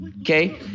okay